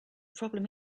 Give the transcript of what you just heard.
problem